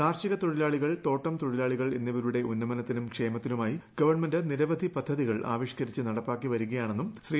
കാർഷിക തോട്ടം തൊഴിലാളികളുടെ ഉന്നമനത്തിനും ക്ഷേമത്തിനുമായി ഗവൺമെന്റ് നിരവധി പദ്ധതികൾ ആവിഷ്ക്കരിച്ച് നടപ്പാക്കി വരികയാണെന്നും ശ്രീ